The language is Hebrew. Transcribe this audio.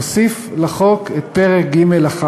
הוסיף לחוק את פרק ג'1,